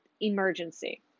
emergency